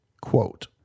Quote